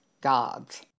gods